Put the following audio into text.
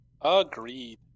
Agreed